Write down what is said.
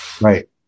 Right